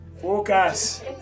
Focus